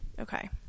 Okay